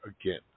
again